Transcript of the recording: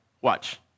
watch